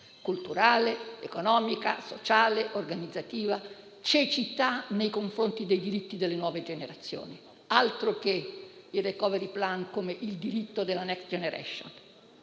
culturale, economico, sociale e organizzativo, e significa cecità nei confronti dei diritti delle nuove generazioni. Altro che il *recovery plan* come diritto della *next generation*!